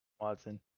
Watson